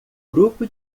grupo